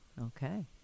Okay